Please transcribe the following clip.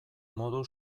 modu